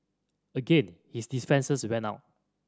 again his defences went up